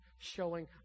showing